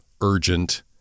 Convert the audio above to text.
Urgent